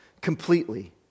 completely